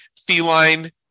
feline